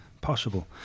possible